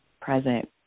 present